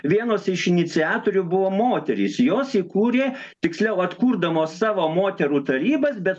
vienos iš iniciatorių buvo moterys jos įkūrė tiksliau atkurdamos savo moterų tarybas bet